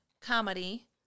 comedy